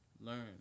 learn